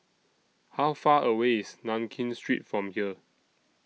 How Far away IS Nankin Street from here